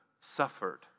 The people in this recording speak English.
suffered